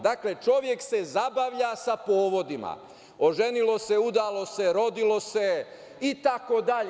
Dakle, čovek se zabavlja sa povodima, oženilo se, udalo se, rodilo se itd.